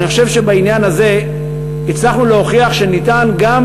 ואני חושב שבעניין הזה הצלחנו להוכיח שניתן גם